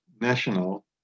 national